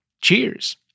Cheers